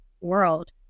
world